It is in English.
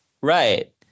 Right